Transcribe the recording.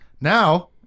Now